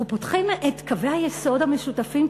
אנחנו פותחים את קווי היסוד המשותפים,